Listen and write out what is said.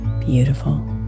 beautiful